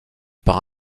par